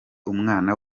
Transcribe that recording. umwana